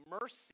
mercy